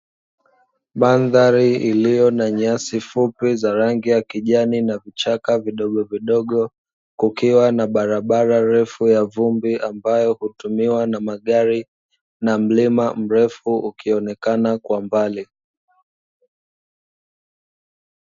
Mandhari iliyo na nyasi fupi za rangi ya kijani na vichaka vidogo vidogo, kukiwa na barabara refuya vumbi ambayo hutumiwa na magari, na mlima mrefu ukionekana kwa mbali.